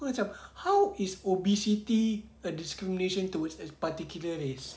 aku macam how is obesity a discrimination towards particular race